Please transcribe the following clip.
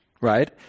right